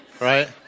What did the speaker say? Right